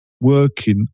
working